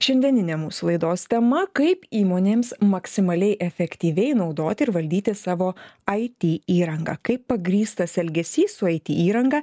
šiandieninė mūsų laidos tema kaip įmonėms maksimaliai efektyviai naudoti ir valdyti savo it įrangą kaip pagrįstas elgesys su it įranga